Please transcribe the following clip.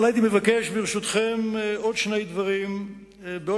אבל הייתי מבקש, ברשותכם, בעוד שני דברים לחלוק.